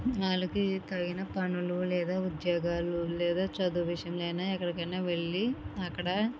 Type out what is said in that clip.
వాళ్ళకి తగిన పనులు లేదా ఉద్యోగాలు లేదా చదువు విషయం కాని ఎక్కడికైనా వెళ్ళి అక్కడ